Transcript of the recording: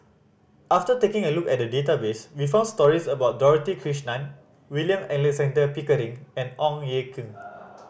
after taking a look at the database we found stories about Dorothy Krishnan William Alexander Pickering and Ong Ye Kung